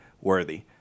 worthy